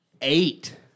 eight